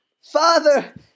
Father